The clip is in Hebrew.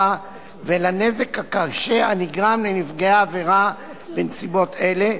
ולנזק הקשה הנגרם לנפגעי עבירה בנסיבות אלה,